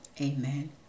Amen